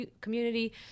community